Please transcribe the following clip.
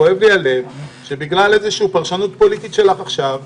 כואב לי הלב שבגלל פרשנות פוליטית שלך עכשיו,